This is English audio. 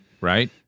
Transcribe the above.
Right